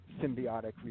symbiotic